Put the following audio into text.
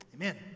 Amen